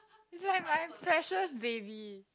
it's like my precious baby